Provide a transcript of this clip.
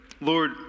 Lord